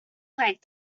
like